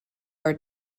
are